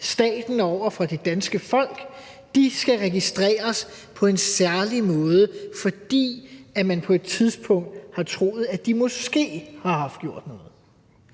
staten og over for det danske folk, skal registreres på en særlig måde, fordi man på et tidspunkt har troet, at de måske har gjort noget.